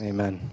Amen